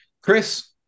chris